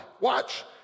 Watch